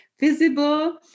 visible